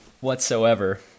whatsoever